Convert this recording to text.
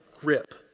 grip